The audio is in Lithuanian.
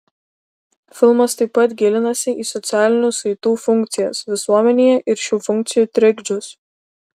filmas taip pat gilinasi į socialinių saitų funkcijas visuomenėje ir šių funkcijų trikdžius